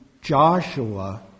Joshua